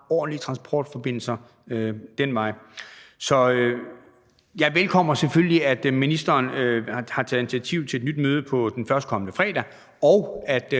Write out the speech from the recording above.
også har ordentlige transportforbindelser den vej. Så jeg hilser det selvfølgelig velkommen, at ministeren har taget initiativ til et nyt møde den førstkommende fredag, og at